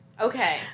Okay